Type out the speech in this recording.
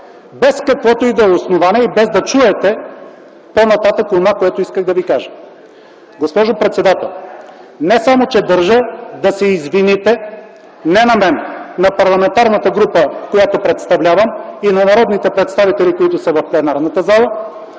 без каквото и да е основание и без да чуете по-нататък онова, което исках да Ви кажа. Госпожо председател, не само държа да се извините – не на мен, а на парламентарната група, която представлявам, и на народните представители, които са в пленарната зала,